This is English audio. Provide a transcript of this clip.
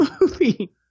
movie